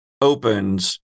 opens